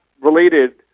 related